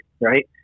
right